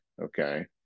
Okay